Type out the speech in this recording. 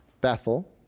Bethel